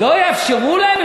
לא יאפשרו להם?